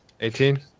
Eighteen